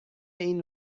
این